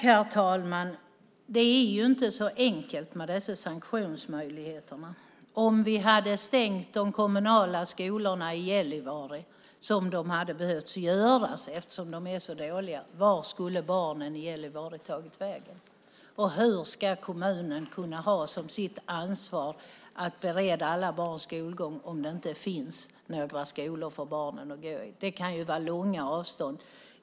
Herr talman! Det är inte så enkelt med dessa sanktionsmöjligheter. Om vi hade stängt de kommunala skolorna i Gällivare, vilket hade behövt ske, eftersom de är så dåliga, vart skulle då barnen i Gällivare ha tagit vägen? Och hur ska kommunen kunna ha som sitt ansvar att bereda alla barn skolgång om det inte finns några skolor för barnen att gå i? Det kan vara långa avstånd.